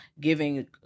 giving